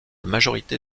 majorité